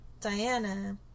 Diana